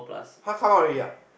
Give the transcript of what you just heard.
!huh! come out already ah